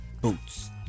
boots